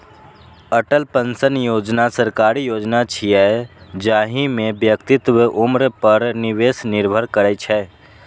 Atal pension योजना सरकारी योजना छियै, जाहि मे व्यक्तिक उम्र पर निवेश निर्भर करै छै